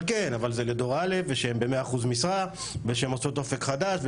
אבל זה לדור א' ושהן ב-100% משרה ושהן עושות אופק חדש,